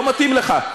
לא מתאים לך.